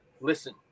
listen